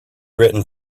written